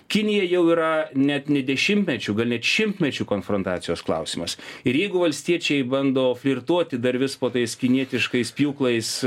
kinija jau yra net ne dešimtmečių gal net šimtmečių konfrontacijos klausimas ir jeigu valstiečiai bando flirtuoti dar visko tais kinietiškais pjūklais